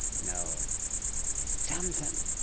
no, there's something